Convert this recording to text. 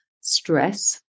stress